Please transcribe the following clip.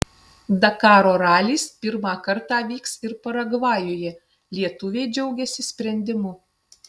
dakaro ralis pirmą kartą vyks ir paragvajuje lietuviai džiaugiasi sprendimu